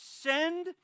send